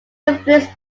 influenced